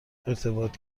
ارتباط